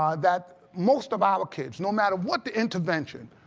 um that most of our kids, no matter what the intervention,